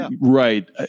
right